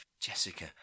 Jessica